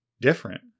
different